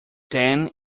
then